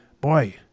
boy